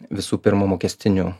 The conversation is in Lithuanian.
visų pirma mokestinių